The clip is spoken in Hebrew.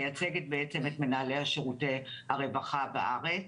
מייצגת את מנהלי שירותי הרווחה בארץ.